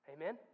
Amen